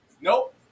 Nope